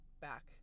back